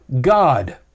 God